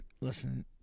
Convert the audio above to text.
Listen